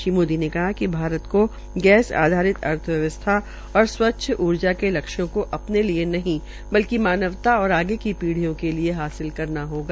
श्री मोदी ने कहा कि भारत को गैस आधारित अर्थव्यवस्था और स्वच्छ ऊर्जा के लक्ष्यों को अपने लिए नहीं बल्कि मानवता और भविष्य की पीढ़ियों के लिए प्राप्त करना होगा